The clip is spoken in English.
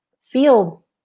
feel